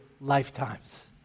lifetimes